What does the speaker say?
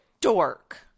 dork